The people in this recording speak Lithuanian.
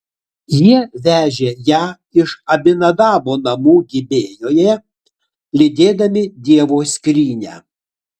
jie vežė ją iš abinadabo namų gibėjoje lydėdami dievo skrynią